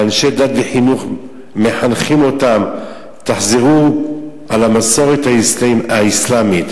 ואנשי דת וחינוך מחנכים אותם: תחזרו על המסורת האסלאמית.